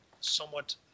somewhat